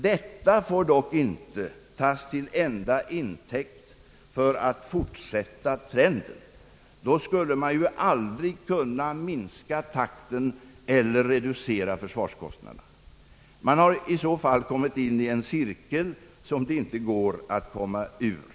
Detia får dock inte tas till enda intäkt för att fortsätta trenden. Då skulle man ju aldrig kunna minska takten eller reducera försvarskostnaderna. Man har i så fall kommit in i en cirkel som det inte går att komma ur.